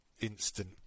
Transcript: instant